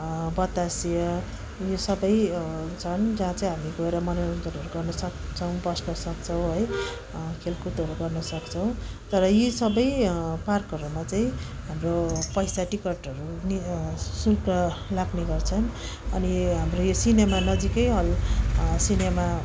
बतासे यो सबै छन् जहाँ चाहिँ हामी गएर मनोरञ्जनहरू गर्नुसक्छौँ बस्नसक्छौँ है खेलकुदहरू गर्नसक्छौँ तर यी सबै पार्कहरूमा चाहिँ हाम्रो पैसा टिकटहरू नि शुल्क लाग्ने गर्छन् अनि हाम्रो यो सिनेमा नजिकै हल सिनेमा